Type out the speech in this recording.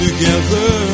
Together